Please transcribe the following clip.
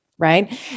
Right